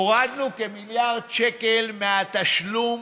הורדנו כמיליארד שקל מהתשלום,